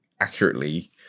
accurately